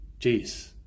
Jeez